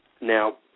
now